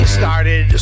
started